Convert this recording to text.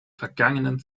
vergangenen